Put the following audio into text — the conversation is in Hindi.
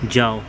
जाओ